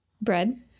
Bread